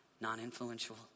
non-influential